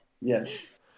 Yes